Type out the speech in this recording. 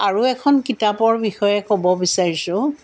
আৰু এখন কিতাপৰ বিষয়ে ক'ব বিচাৰিছোঁ